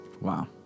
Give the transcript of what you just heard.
wow